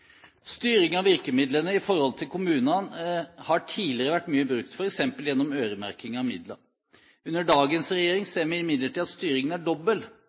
Styring av virkemidlene i forhold til kommunene har tidligere vært mye brukt, f.eks. gjennom øremerking av midler. Under dagens regjering ser vi imidlertid at styringen er dobbel.